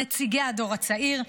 נציגי הדור הצעיר.